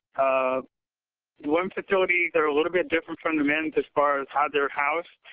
um women facilities are a little bit different from the men's as far as how they're housed.